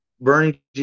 Bernie